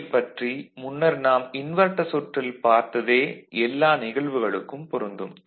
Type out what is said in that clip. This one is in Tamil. VIL பற்றி முன்னர் நாம் இன்வெர்ட்டர் சுற்றில் பார்த்ததே எல்லா நிகழ்வுகளுக்கும் பொருந்தும்